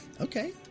Okay